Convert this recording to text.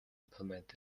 implement